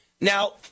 Now